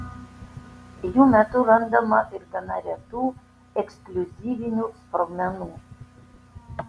jų metu randama ir gana retų ekskliuzyvinių sprogmenų